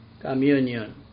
Communion